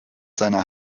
seiner